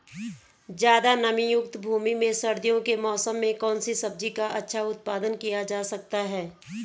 ज़्यादा नमीयुक्त भूमि में सर्दियों के मौसम में कौन सी सब्जी का अच्छा उत्पादन किया जा सकता है?